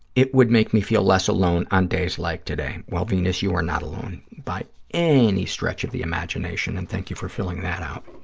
it would make me feel less alone on days like today. well, venus, you are not alone by any stretch of the imagination, and thank you for filling that out.